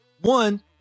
one